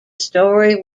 story